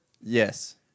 Yes